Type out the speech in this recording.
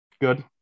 Good